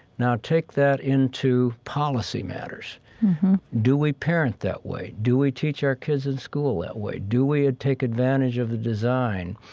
now take that into policy matters mm-hmm do we parent that way? do we teach our kids in school that way do we ah take advantage of the design?